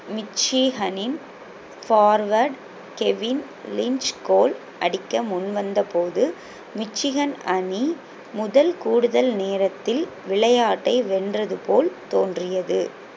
மிச்சிஹனின் forward Kevin Lynch goal அடிக்க முன்வந்த போது மிச்சிகன் அணி முதல் கூடுதல் நேரத்தில் விளையாட்டை வென்றது போல் தோன்றியது